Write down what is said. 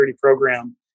program